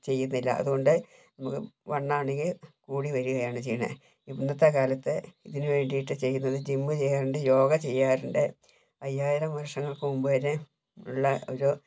ചെയ്യുന്നില്ല അതുകൊണ്ട് വണ്ണം ആണെങ്കിൽ കൂടിവരികയാണ് ചെയ്യുന്നത് ഇന്നത്തെ കാലത്തെ ഇതിനു വേണ്ടിയിട്ട് ചെയ്യുന്നത് ജിം ചെയ്യാറുണ്ട് യോഗ ചെയ്യാറുണ്ട് അയ്യായിരം വർഷങ്ങൾക്ക് മുമ്പ് വരെ ഉള്ള ഒരു